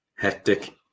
Hectic